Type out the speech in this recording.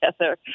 together